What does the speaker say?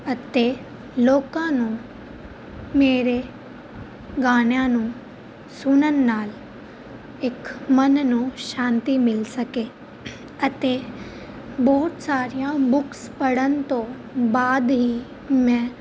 ਅਤੇ ਲੋਕਾਂ ਨੂੰ ਮੇਰੇ ਗਾਣਿਆਂ ਨੂੰ ਸੁਣਨ ਨਾਲ ਇੱਕ ਮਨ ਨੂੰ ਸ਼ਾਂਤੀ ਮਿਲ ਸਕੇ ਅਤੇ ਬਹੁਤ ਸਾਰੀਆਂ ਬੁਕਸ ਪੜ੍ਹਨ ਤੋਂ ਬਾਅਦ ਹੀ ਮੈਂ